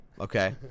okay